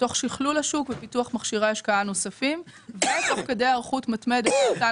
תוך שכלול השוק ופיתוח מכשירי השקעה נוספים ותוך כדי היערכות מתמדת למתן